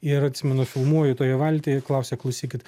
ir atsimenu filmuoju toje valtyje klausia klausykit